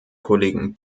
kollegen